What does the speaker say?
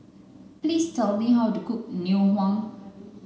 please tell me how to cook ngoh